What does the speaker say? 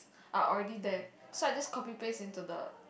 are already there so I just copy paste into the